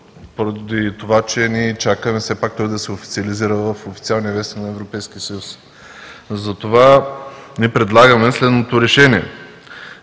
поради това че ние чакаме все пак то да се официализира в официалния вестник на Европейския съюз. Затова предлагаме следното решение: